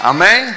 Amen